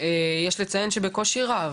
יש לציין שבקושי רב.